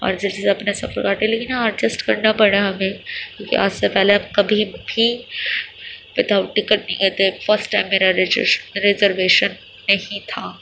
اور جیسے سے اپنے سفر کاٹے لیکن ہاں اڈجیسٹ کرنا پڑا ہمیں کیونکہ آج سے پہلے ہم کبھی بھی ودھ آؤٹ ٹکٹ نہیں گئے تھے فسٹ ٹائم میرا ریجرویش ریزرویشن نہیں تھا